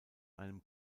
einem